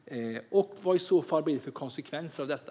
Vad blir det i så fall för konsekvenser av detta?